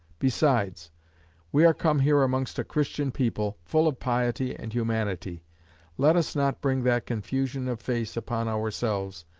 besides we are come here amongst a christian people, full of piety and humanity let us not bring that confusion of face upon ourselves,